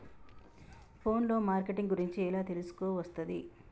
Phone లో marketing గురించి ఎలా తెలుసుకోవస్తది?